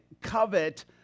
covet